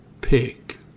pick